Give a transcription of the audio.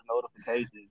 notifications